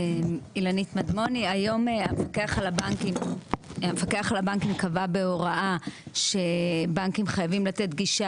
היום המפקח על הבנקים קבע בהוראה שבנקים חייבים לתת גישה